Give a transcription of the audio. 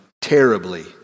terribly